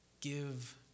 give